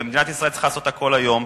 ומדינת ישראל צריכה לעשות הכול היום,